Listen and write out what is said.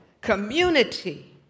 community